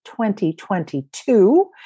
2022